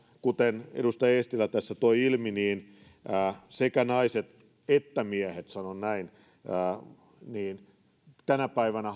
kuten edustaja eestilä tässä toi ilmi sekä naiset että miehet sanon näin haluavat tänä päivänä